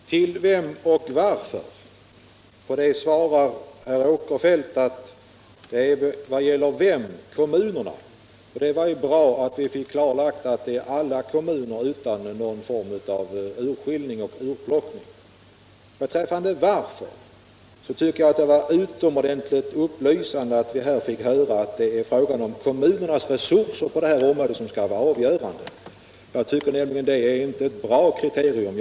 Herr talman! Till vem och varför? Herr Åkerfeldt svarar på frågan vem, att det är kommunerna, och det var ju bra att vi fick klarlagt att det är alla kommuner utan någon form av urskillning eller urplockning. Beträffande varför tycker jag det var utomordentligt upplysande att vi fick höra att kommunernas resurser på detta område skall vara avgörande. Jag tycker inte det är ett bra kriterium.